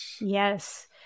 Yes